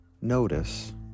notice